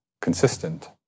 consistent